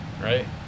right